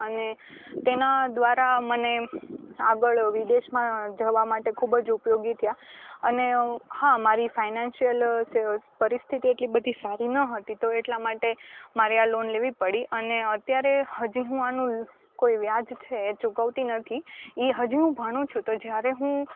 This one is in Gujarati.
અને તેના દ્વારા મને આગળ વિદેશમાં જવા માટે ખૂબ જ ઉપયોગી થયા અને હા મારી ફાઇનેન્શિયલ પરિસ્થિતિઓ એટલી બધી સારી ન હતી તો એટલા માટે મારે આ લોન લેવી પડી અને અત્યારે હજી હું આનું કોઈ વ્યાજ છે એ ચૂકવતી નથી એ હજુ ભણું છું તો જ્યારે હું